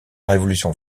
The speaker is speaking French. révolution